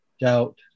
doubt